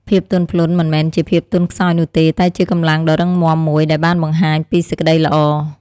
ភាពទន់ភ្លន់មិនមែនជាភាពទន់ខ្សោយនោះទេ តែជាកម្លាំងដ៏រឹងមាំមួយដែលបានបង្ហាញពីសេចក្ដីល្អ។